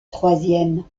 troisième